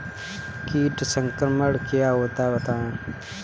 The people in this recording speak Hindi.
कीट संक्रमण क्या होता है बताएँ?